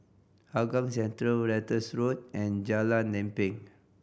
Hougang Central Ratus Road and Jalan Lempeng